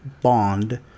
Bond